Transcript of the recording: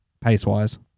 pace-wise